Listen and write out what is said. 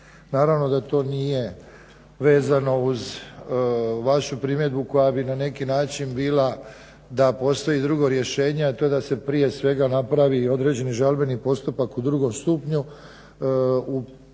Naravno da to nije vezano uz vašu primjedbu koja bi na neki način bila da postoji drugo rješenje, a to je da se prije svega napravi određeni žalbeni postupak u drugom stupnju.